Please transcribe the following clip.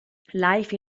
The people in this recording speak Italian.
life